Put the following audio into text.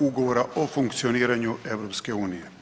Ugovora o funkcioniranja EU.